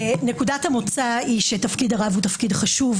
נקודת המוצא היא שתפקיד הרב הוא תפקיד חשוב,